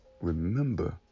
remember